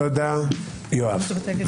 תודה, יואב.